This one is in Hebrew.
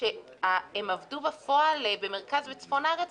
הן עבדו בפועל במרכז וצפון הארץ.